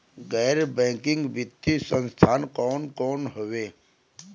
गैर बैकिंग वित्तीय संस्थान कौन कौन हउवे?